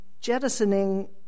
jettisoning